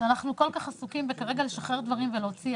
שאנחנו כל כך עסוקים כרגע בלשחרר דברים ולהוציא,